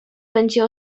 będzie